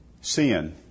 sin